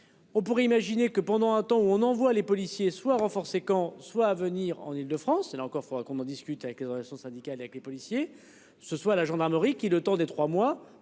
On pourrait imaginer que pendant un temps où on envoie les policiers soient renforcées qu'quand soit à venir en Île-de-France et là encore il faudra qu'on en discute avec eux dans l'action syndicale avec les policiers, ce soit la gendarmerie qui le temps des trois mois